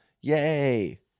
Yay